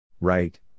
Right